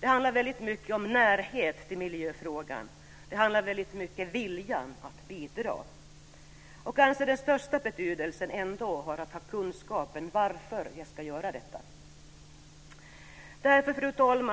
Det handlar väldigt mycket om närhet till miljöfrågan. Det handlar väldigt mycket om att vilja bidra. Den största betydelsen har kanske kunskapen om varför jag ska göra detta. Fru talman!